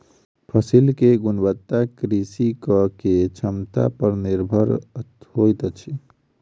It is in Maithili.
फसिल के गुणवत्ता कृषक के क्षमता पर निर्भर होइत अछि